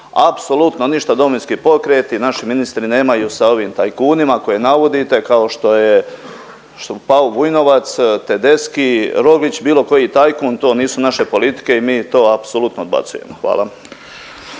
apsolutno ništa Domovinski pokret i naši ministri nemaju sa ovim tajkunima koje navodite kao što je Pavo Vujnovac, Tedeschi, Robić bilo koji tajkun to nisu naše politike i mi to apsolutno odbacujemo. Hvala.